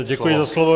Děkuji za slovo.